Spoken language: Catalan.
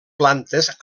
plantes